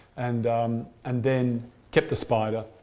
and um and then kept the spider.